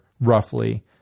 roughly